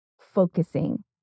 focusing